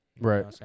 Right